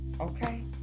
okay